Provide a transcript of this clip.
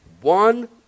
one